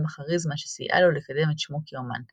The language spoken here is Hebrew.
בכריזמה שסייעה לו לקדם את שמו כאמן,